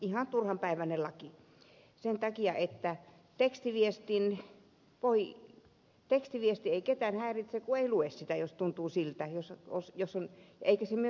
ihan turhanpäiväinen laki sen takia että tekstiviesti ei ketään häiritse kun ei lue sitä jos tuntuu siltä jossa osa jo sen ehtisimme